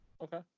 Okay